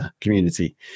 community